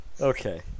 Okay